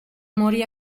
morì